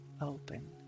open